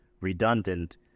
redundant